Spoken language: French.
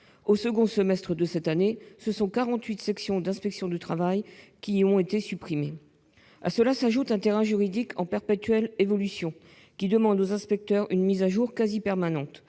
Au second semestre de cette année, ce sont 48 sections d'inspection du travail qui y ont été supprimées. À cela s'ajoute un terrain juridique en perpétuelle évolution qui appelle les inspecteurs à une mise à jour quasi permanente.